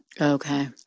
Okay